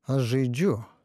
aš žaidžiu